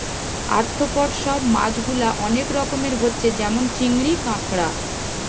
arthropod সব মাছ গুলা অনেক রকমের হচ্ছে যেমন চিংড়ি, কাঁকড়া